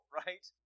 right